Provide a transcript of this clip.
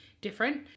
different